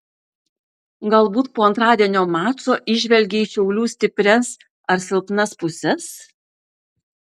galbūt po antradienio mačo įžvelgei šiaulių stiprias ar silpnas puses